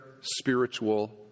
spiritual